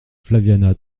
flaviana